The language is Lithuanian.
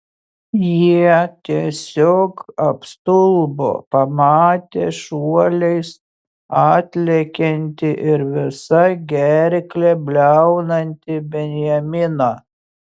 jie tiesiog apstulbo pamatę šuoliais atlekiantį ir visa gerkle bliaunantį benjaminą